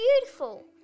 beautiful